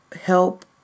help